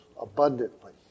abundantly